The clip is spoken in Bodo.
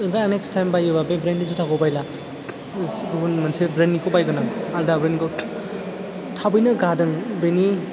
ओंखाइ आं नेक्स टाइम बायोबा बे ब्रेन्डनि जुथाखौ बायला गुबुन मोनसे ब्रेन्डनिखौ बायगोन आं आलदा ब्रेन्डनखौ थाबैनो गादों बेनि